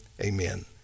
Amen